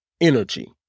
energy